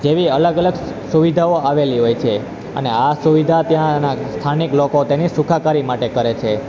જેવી અલગ અલગ સુવિધાઓ આવેલી હોય છે અને આ સુવિધા ત્યાંના સ્થાનિક લોકો તેની સુખાકારી માટે કરે છે